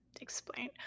explain